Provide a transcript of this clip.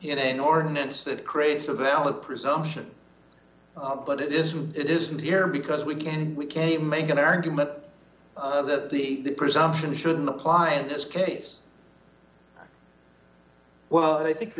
in an ordinance that creates a valid presumption but it isn't it isn't here because we can we can even make an argument that the presumption shouldn't apply in this case well i think the